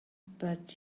but